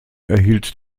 erhielt